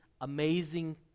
amazing